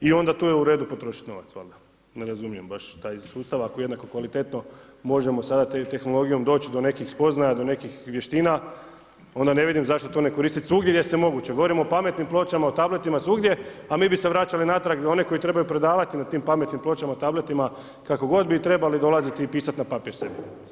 I onda tu je u redu potrošiti novac, valjda, ne razumijem baš taj sustav, ako je jednako kvalitetno možemo … tehnologijom doći do nekih spoznaja, do nekih vještina, onda ne vidim zašto to dne koristi svugdje gdje je moguće, govorim o pametnim pločama, o tabletama, svugdje, a mi bi se vraćali natrag za one koje trebaju predavati na tim pametnim pločama, tabletama, kako god bi trebali dolaziti i pisati na papir sebi.